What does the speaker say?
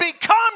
become